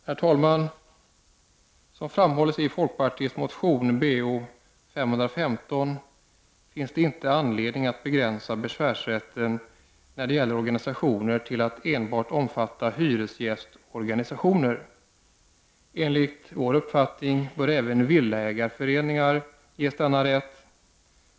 Herr talman! Som framhålls i folkpartiets motion Bo515 finns det inte anledning att begränsa besvärsrätten när det gäller organisationer till att endast omfatta hyresgästorganisationer. Enligt vår uppfattning bör även villaägarföreningar ges denna rätt.